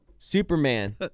superman